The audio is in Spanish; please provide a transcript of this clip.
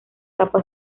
capa